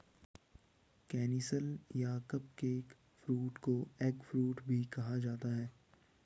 canistel या cupcake fruit को eggfruit भी कहा जाता है